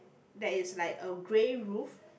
there is like a grey roof